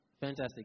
Fantastic